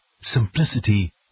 Simplicity